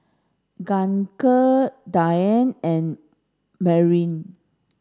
Gaige Diane and Merrill